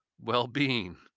well-being